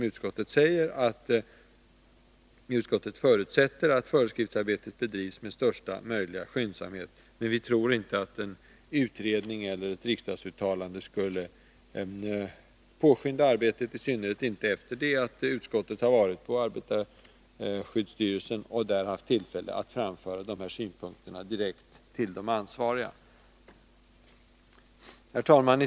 Utskottet förutsätter att föreskriftsarbetet bedrivs med största möjliga skyndsamhet, men vi tror inte att en utredning eller ett riksdagsuttalande skulle påskynda arbetet, i synnerhet inte efter det att utskottet har varit på arbetarskyddsstyrelsen och där haft tillfälle att framföra de här synpunkterna direkt till de ansvariga. Herr talman!